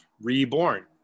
reborn